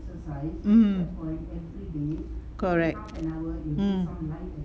mm correct mm